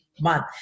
month